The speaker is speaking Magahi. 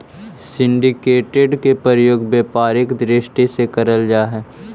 सिंडीकेटेड के प्रयोग व्यापारिक दृष्टि से करल जा हई